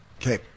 Okay